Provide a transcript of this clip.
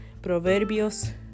Proverbios